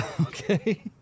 Okay